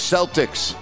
Celtics